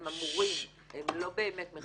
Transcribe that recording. הם אמורים, הם לא באמת שבע שנים